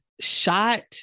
shot